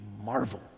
marvel